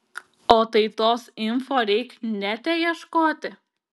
o tai tos info reik nete ieškoti